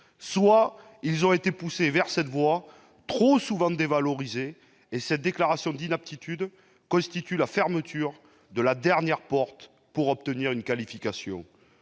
soit ils ont été poussés vers cette voie trop souvent dévalorisée, et la déclaration d'inaptitude constitue la fermeture de la dernière porte pour obtenir une qualification.